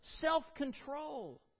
self-control